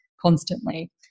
constantly